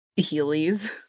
Heelys